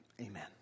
Amen